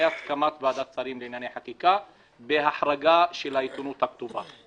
הסכמת ועדת שרים לענייני חקיקה בהחרגה של העיתונות הכתובה.